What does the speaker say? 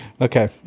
Okay